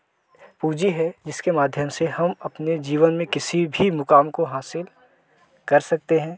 पूँजी है जिसके माध्यम से हम अपने जीवन में किसी भी मुकाम को हासिल कर सकते हैं